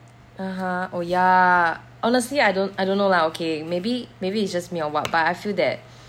(uh huh) oh ya honestly I don't I don't know lah okay maybe maybe it's just me or what but I feel that